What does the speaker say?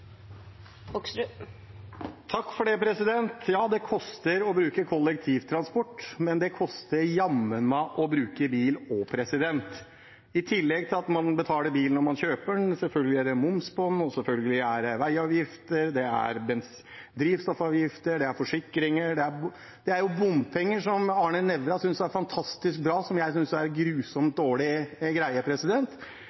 Ja, det koster å bruke kollektivtransport, men det koster jammen meg å bruke bil også. I tillegg til at man betaler bilen når man kjøper den, er det selvfølgelig moms på den, og selvfølgelig er det veiavgifter, det er drivstoffavgifter, det er forsikringer, og det er bompenger, som Arne Nævra synes er fantastisk bra, men som jeg synes er en grusomt